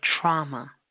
trauma